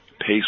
pace